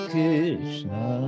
Krishna